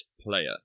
player